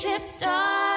Star